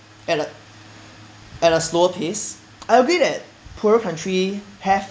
at a at a slower pace I agree that poorer country have